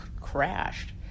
crashed